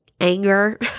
anger